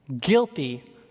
guilty